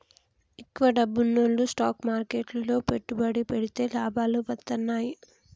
ఎక్కువ డబ్బున్నోల్లు స్టాక్ మార్కెట్లు లో పెట్టుబడి పెడితే లాభాలు వత్తన్నయ్యి